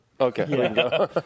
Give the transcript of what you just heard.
Okay